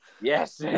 Yes